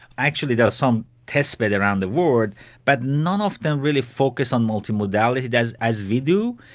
actually there's some tests but around the world but none of them really focus on multimodality as as we do,